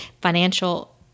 financial